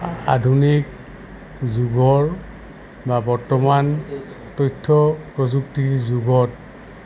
আধুনিক যুগৰ বা বৰ্তমান তথ্য প্ৰযুক্তিৰ যুগত